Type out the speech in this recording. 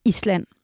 Island